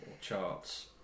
charts